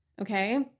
Okay